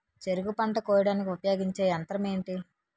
చెరుకు పంట కోయడానికి ఉపయోగించే యంత్రం ఎంటి?